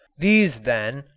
these, then,